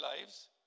lives